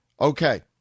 Okay